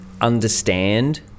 understand